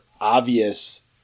obvious